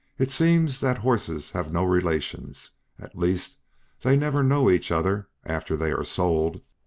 it seems that horses have no relations at least they never know each other after they are sold.